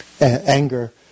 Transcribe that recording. anger